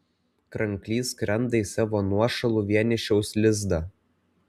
kranklys skrenda į savo nuošalų vienišiaus lizdą